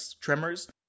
tremors